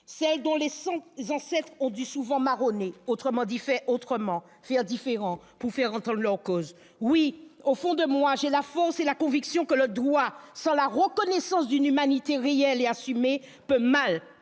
celle dont les ancêtres ont dû souvent « marronner », autrement dit faire autrement, faire différent, pour faire entendre leur cause. Oui, au fond de moi, j'ai la force et la conviction que le droit sans la reconnaissance d'une humanité réelle et assumée peut mal,